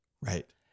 Right